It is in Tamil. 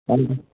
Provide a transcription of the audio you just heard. நன்றி